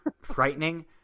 frightening